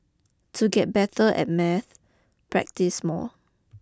to get better at math practise more